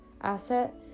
asset